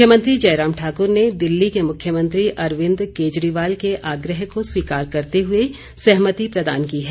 मुख्यमंत्री जयराम ठाक्र ने दिल्ली के मुख्यमंत्री अरविंद केजरीवाल के आग्रह को स्वीकार करते हुए सहमति प्रदान की है